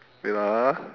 wait ah